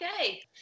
Okay